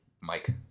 Mike